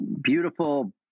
beautiful